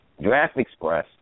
DraftExpress